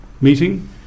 meeting